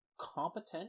competent